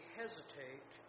hesitate